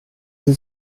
sie